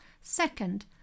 Second